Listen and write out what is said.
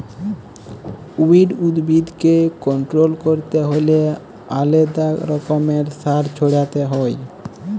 weed উদ্ভিদকে control ক্যরতে হ্যলে আলেদা রকমের সার ছড়াতে হ্যয়